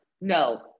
no